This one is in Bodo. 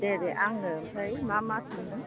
दे दे आंनो ओमफ्राय मा मा सोंनो